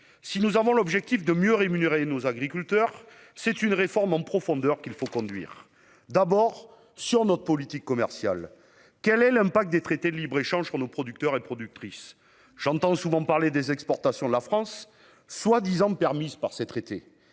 Si nous avons l'objectif de mieux rémunérer nos agriculteurs et agricultrices, c'est une réforme en profondeur qu'il faut conduire. J'aborderai, en premier lieu, la politique commerciale. Quel est l'impact des traités de libre-échange sur nos producteurs et productrices ? J'entends souvent parler des exportations de la France prétendument permises par ces traités.